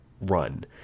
run